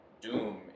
doom